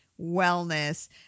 wellness